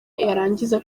yarangiza